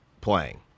playing